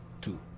Two